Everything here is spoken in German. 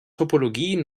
topologie